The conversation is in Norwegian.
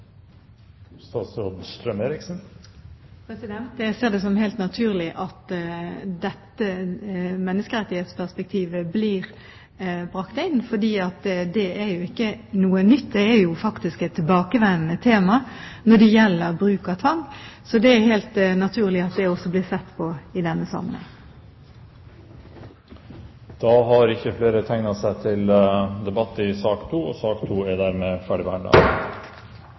Jeg ser det som helt naturlig at dette menneskerettighetsperspektivet blir brakt inn. Det er jo ikke noe nytt, det er faktisk et tilbakevendende tema når det gjelder bruk av tvang. Så det er helt naturlig at det også blir sett på i denne sammenheng. Flere har ikke bedt om ordet til sak nr. 2. Etter ønske fra helse- og